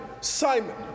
Simon